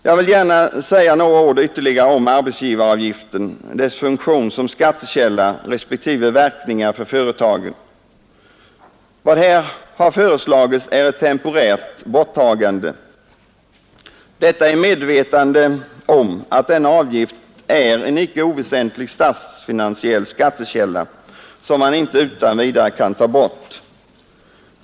Jag vill gärna säga ytterligare några ord om arbetsgivaravgiften, dess funktion som skattekälla respektive verkningar för företagen. Vad som här har föreslagits är ett temporärt borttagande — detta i medvetande om att denna avgift är en icke oväsentlig statsfinansiell skattekälla, som man inte utan vidare kan ta bort.